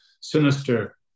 sinister